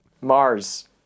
Mars